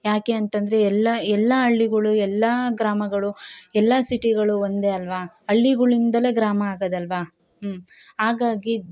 ಯಾಕೆ ಅಂತಂದ್ರೆ ಎಲ್ಲ ಎಲ್ಲ ಹಳ್ಳಿಗಳು ಎಲ್ಲ ಗ್ರಾಮಗಳು ಎಲ್ಲ ಸಿಟಿಗಳು ಒಂದೇ ಅಲ್ವ ಹಳ್ಳಿಗಳಿಂದಲೇ ಗ್ರಾಮ ಆಗೋದಲ್ವಾ ಹಾಗಾಗಿ